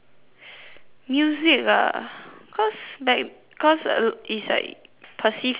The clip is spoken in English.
music ah cause back cause al~ it's like perceived as useless